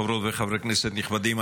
חברות וחברי כנסת נכבדים,